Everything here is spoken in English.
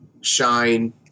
shine